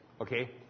okay